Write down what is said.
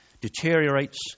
deteriorates